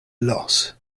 loss